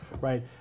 right